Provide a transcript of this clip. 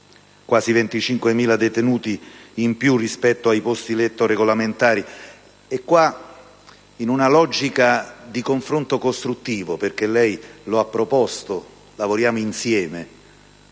quasi 25.000 detenuti in più rispetto ai posti letto regolamentari. In una logica di confronto costruttivo, visto che lei ha proposto di lavorare insieme,